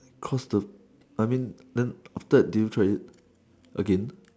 cause the I mean after that do you try it again